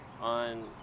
on